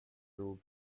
tror